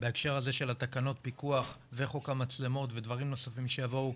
בהקשר הזה של חוק המצלמות ודברים נוספים שיבואו,